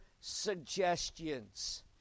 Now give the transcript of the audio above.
suggestions